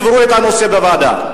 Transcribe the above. יקבעו את הנושא בוועדה.